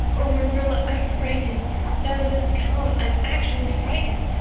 oh, marilla, i'm frightened now that it has come i'm actually frightened.